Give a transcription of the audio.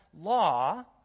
law